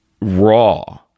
raw